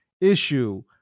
issue